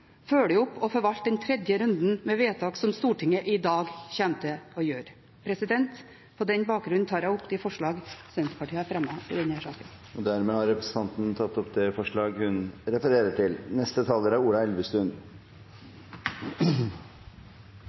følge opp og forvalte den tredje runden med vedtak som Stortinget i dag kommer til å gjøre. På denne bakgrunn tar jeg opp de forslagene Senterpartiet har fremmet i denne saken. Representanten Marit Arnstad har tatt opp de forslagene hun refererte til. Ulv er